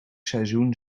seizoen